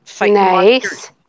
Nice